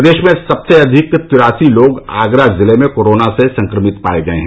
प्रदेश में सबसे अधिक तिरासी लोग आगरा जिले में कोरोना से संक्रमित पाए गए हैं